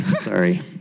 sorry